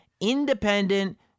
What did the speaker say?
independent